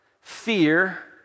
fear